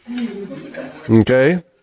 Okay